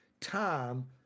time